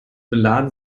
beladen